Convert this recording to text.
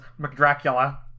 McDracula